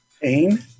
Pain